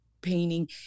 painting